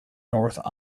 north